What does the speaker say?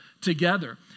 together